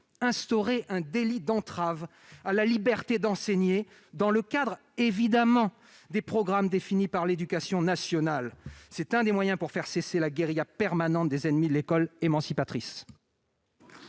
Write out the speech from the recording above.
instaurer un délit d'entrave à la liberté d'enseigner dans le cadre, bien évidemment, des programmes définis par l'éducation nationale ? C'est l'un des moyens de faire cesser la guérilla permanente des ennemis de l'école émancipatrice.